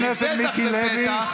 חבר הכנסת מיקי לוי,